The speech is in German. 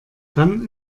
dann